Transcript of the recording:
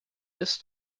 ist